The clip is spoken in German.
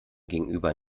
gegenüber